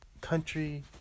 Country